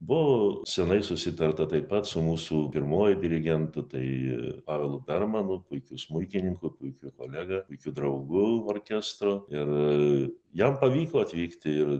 buvo senai susitarta taip pat su mūsų pirmuoju dirigentu tai pavelu bermanu puikiu smuikininku puikiu kolega puikiu draugu orkestro ir jam pavyko atvykti ir